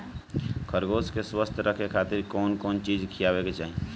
खरगोश के स्वस्थ रखे खातिर कउन कउन चिज खिआवे के चाही?